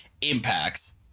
impacts